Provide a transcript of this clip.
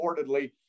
reportedly